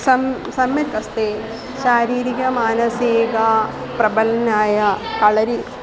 सम् सम्यक् अस्ति शारीरिकमानसीकप्रबलनाय कलरि